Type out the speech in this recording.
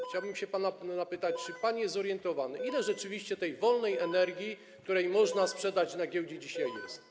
Chciałbym się pana zapytać, czy jest pan zorientowany, ile rzeczywiście tej wolnej energii, którą można sprzedać na giełdzie, dzisiaj jest.